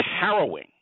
harrowing